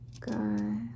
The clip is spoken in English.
Good